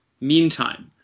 meantime